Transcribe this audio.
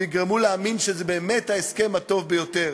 ויגרמו להאמין שזה באמת ההסכם הטוב ביותר.